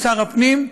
מחויבות, שהיא,